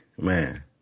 Man